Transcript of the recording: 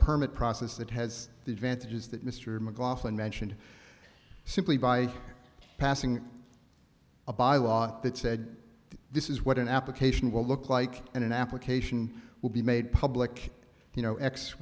permit process that has the advantages that mr mclaughlin mentioned simply by passing a law that said this is what an application will look like and an application will be made public you know x